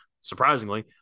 surprisingly